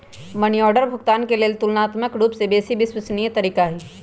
money order भुगतान के लेल ततुलनात्मक रूपसे बेशी विश्वसनीय तरीका हइ